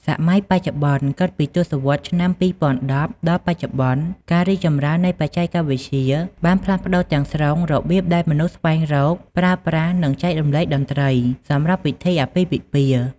សម័យបច្ចុប្បន្ន គិតពី ទសវត្សរ៍ឆ្នាំ ២០១០ ដល់បច្ចុប្បន្ន ការរីកចម្រើននៃបច្ចេកវិទ្យាបានផ្លាស់ប្ដូរទាំងស្រុងរបៀបដែលមនុស្សស្វែងរក ប្រើប្រាស់ និងចែករំលែកតន្ត្រីសម្រាប់ពិធីអាពាហ៍ពិពាហ៍។